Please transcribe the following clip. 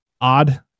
odd